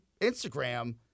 Instagram